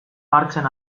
hartzen